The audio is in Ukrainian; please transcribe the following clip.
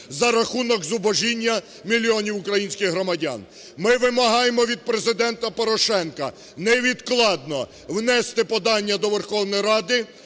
за рахунок зубожіння мільйонів українських громадян. Ми вимагаємо від Президента Порошенка невідкладно внести подання до Верховної Ради